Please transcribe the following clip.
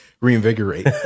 Reinvigorate